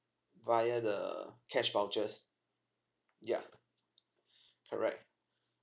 via the cash vouchers ya correct